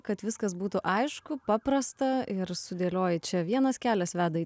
kad viskas būtų aišku paprasta ir sudėlioji čia vienas kelias veda į